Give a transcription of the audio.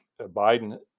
Biden